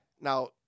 Now